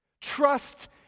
Trust